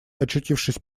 очутившись